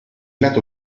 lato